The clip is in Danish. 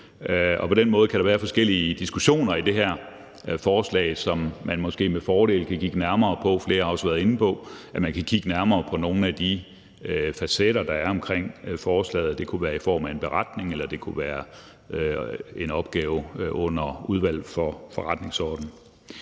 På den måde kan der være forskellige diskussioner i forbindelse med det her forslag, som man måske med fordel kan kigge nærmere på. Flere har også været inde på, at man kan kigge nærmere på nogle af de facetter, der er omkring forslaget. Det kunne være i form af en beretning, eller det kunne være en opgave i Udvalget for Forretningsordenen.